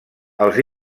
els